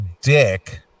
dick